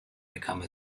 become